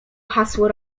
hasło